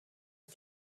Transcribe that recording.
und